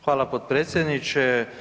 Hvala potpredsjedniče.